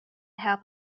help